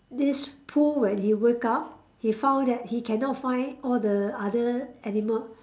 this Pooh when he wake up he found that he cannot find all the other animal